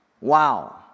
Wow